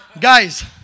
Guys